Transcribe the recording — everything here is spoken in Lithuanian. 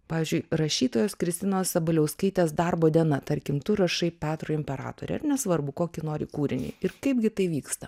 pavyzdžiui rašytojos kristinos sabaliauskaitės darbo diena tarkim tu rašai petro imperatorę ar nesvarbu kokį nori kūrinį ir kaipgi tai vyksta